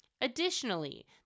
Additionally